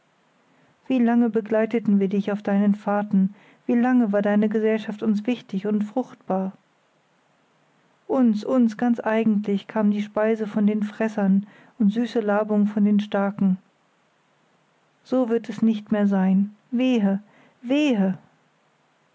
wie lange begleiteten wir dich auf deinen fahrten wie lange war deine gesellschaft uns wichtig und fruchtbar uns uns ganz eigentlich kam die speise von den fressern und süße labung von den starken so wird es nicht mehr sein wehe wehe